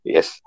Yes